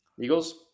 Eagles